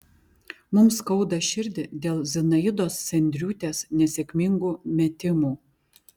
mums skauda širdį dėl zinaidos sendriūtės nesėkmingų metimų